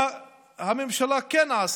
מה הממשלה כן עשתה?